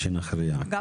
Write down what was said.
לשנות את התוספת השניה.